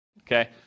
okay